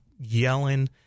yelling